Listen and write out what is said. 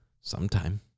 sometime